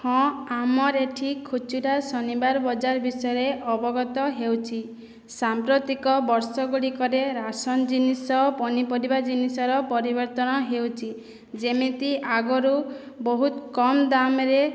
ହଁ ଆମର ଏଇଠି ଖୁଚୁରା ଶନିବାର ବଜାର ବିଷୟରେ ଅବଗତ ହେଉଛି ସାମ୍ପ୍ରତିକ ବର୍ଷଗୁଡ଼ିକରେ ରାସନ ଜିନିଷ ପନିପରିବା ଜିନିଷର ପରିବର୍ତ୍ତନ ହେଉଛି ଯେମିତି ଆଗରୁ ବହୁତ କମ୍ ଦାମ୍ ରେ